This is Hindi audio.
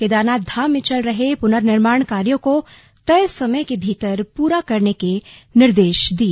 केदारनाथ धाम में चल रहे पुननिर्माण कार्यों को तय समय के भीतर पूरा करने के निर्देश दिए